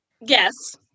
yes